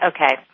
Okay